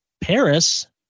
Paris